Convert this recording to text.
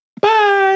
Bye